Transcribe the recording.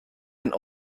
ein